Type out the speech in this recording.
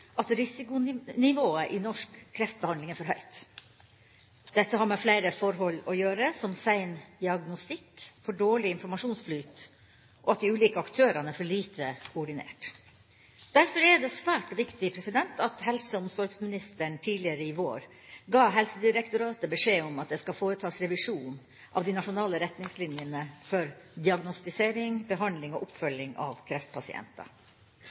at risikonivået i norsk kreftbehandling er for høyt. Dette har med flere forhold å gjøre – som sein diagnostikk, for dårlig informasjonsflyt og at de ulike aktørene er for lite koordinerte. Derfor er det svært viktig at helse- og omsorgsministeren tidligere i vår ga Helsedirektoratet beskjed om at det skal foretas revisjon av de nasjonale retningslinjene for diagnostisering, behandling og oppfølging av kreftpasienter.